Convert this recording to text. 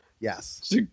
yes